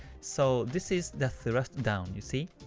so this is the thrust down, you see?